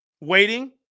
Waiting